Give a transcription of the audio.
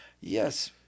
Yes